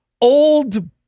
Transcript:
old